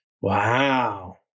Wow